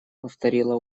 повторила